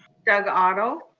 doug otto.